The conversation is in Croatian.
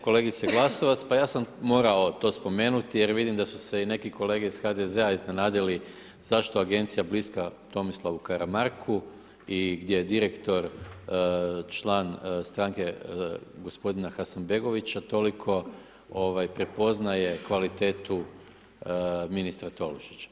Kolegice Glasovac, pa ja sam moramo to spomenuti jer vidim da su se i neki kolege iz HDZ-a iznenadili zašto agencija bliska Tomislavu Karamarku i gdje direktor član stranke gospodina Hasanbegovića, toliko prepoznaje kvalitetu ministra Tolušića.